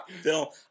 Phil